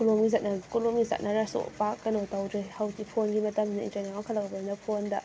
ꯀꯣꯂꯣꯝꯒꯤ ꯀꯣꯂꯣꯝꯁꯤ ꯆꯠꯅꯔꯁꯨ ꯄꯥꯛ ꯀꯩꯅꯣ ꯇꯧꯗ꯭ꯔꯦ ꯍꯧꯖꯤꯛ ꯐꯣꯟꯒꯤ ꯃꯇꯝꯅꯤꯅ ꯏꯟꯇꯔꯅꯦꯠ ꯋꯥꯡꯈꯠꯂꯛꯑꯕꯅꯤꯅ ꯐꯣꯟꯗ